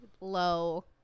low